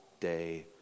day